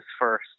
first